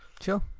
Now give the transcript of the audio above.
Sure